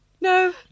no